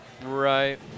Right